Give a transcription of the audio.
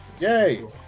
Yay